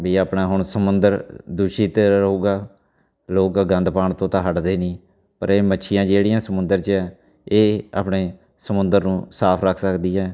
ਵੀ ਆਪਣਾ ਹੁਣ ਸਮੁੰਦਰ ਦੂਸ਼ਿਤ ਰਹੇਗਾ ਲੋਕ ਗੰਦ ਪਾਉਣ ਤੋਂ ਤਾਂ ਹੱਟਦੇ ਨਹੀਂ ਪਰ ਇਹ ਮੱਛੀਆਂ ਜਿਹੜੀਆਂ ਸਮੁੰਦਰ 'ਚ ਇਹ ਆਪਣੇ ਸਮੁੰਦਰ ਨੂੰ ਸਾਫ ਰੱਖ ਸਕਦੀ ਹੈ